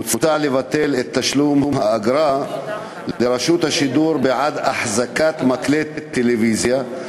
מוצע לבטל את תשלום האגרה לרשות השידור בעד החזקת מקלט טלוויזיה.